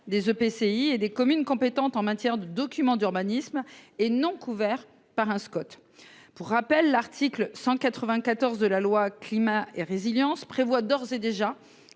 des EPCI et des communes compétentes en matière de documents d'urbanisme et non couverts par un Scott. Pour rappel, l'article 194 de la loi climat et résilience prévoit d'ores et déjà